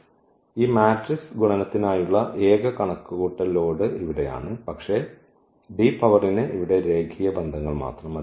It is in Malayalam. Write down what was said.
അതിനാൽ ഈ മാട്രിക്സ് ഗുണനത്തിനായുള്ള ഏക കണക്കുകൂട്ടൽ ലോഡ് ഇവിടെയാണ് പക്ഷേ D പവറിന് ഇവിടെ രേഖീയ ബന്ധങ്ങൾ മാത്രം